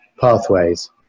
pathways